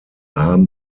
haben